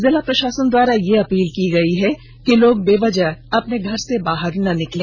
जिला प्रशासन द्वारा यह अपील की गयी है लोग वेबजह अपने घर से बाहर न निकले